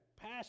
pass